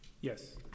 Yes